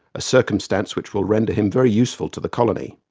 a circumstance which will render him very useful to the colony.